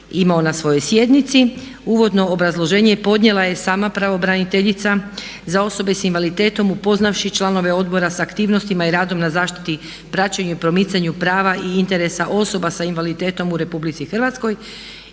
imao na svojoj sjednici. Uvodno obrazloženje podnijela je i sama pravobraniteljica za osobe s invaliditetom upoznavši članove odbora s aktivnostima i radom na zaštiti, praćenju i promicanju prava i interesa osoba s invaliditetom u RH i sve to